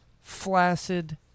flaccid